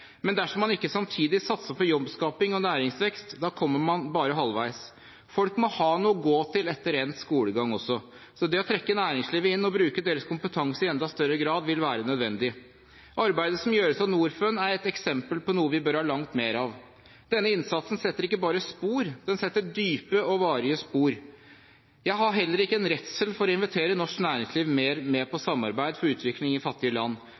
men dersom man ikke samtidig satser på jobbskaping og næringsvekst, kommer man bare halvveis. Folk må ha noe å gå til etter endt skolegang også. Så det å trekke næringslivet inn og bruke deres kompetanse i enda større grad vil være nødvendig. Arbeidet som gjøres av Norfund, er et eksempel på noe vi bør ha langt mer av. Denne innsatsen setter ikke bare spor, den setter dype og varige spor. Jeg har heller ikke en redsel for å invitere norsk næringsliv mer med på samarbeid for utvikling i fattige land.